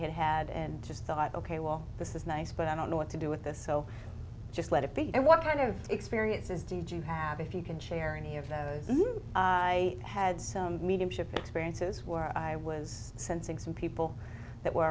had had and just thought ok well this is nice but i don't know what to do with this so just let it be and what kind of experiences did you have if you can share any of those i had some mediumship experiences where i was sensing some people that were